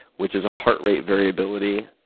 which is a heart rate variability